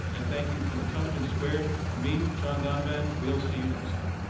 and thank you from intelligence squared and me, john donvan. we'll see you next time.